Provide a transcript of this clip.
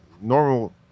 normal